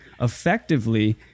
effectively